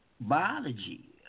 biology